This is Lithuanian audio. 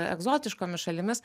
egzotiškomis šalimis